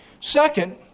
Second